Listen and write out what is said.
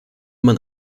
man